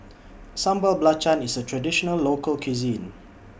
Sambal Belacan IS A Traditional Local Cuisine